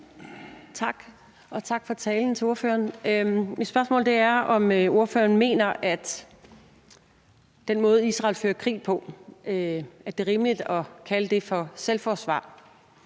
Tak, og tak for talen til ordføreren. Mit spørgsmål er, om ordføreren mener, at det er rimeligt at kalde den måde, Israel fører krig på, for selvforsvar.